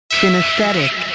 Synesthetic